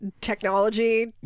technology